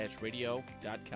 radio.com